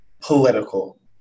political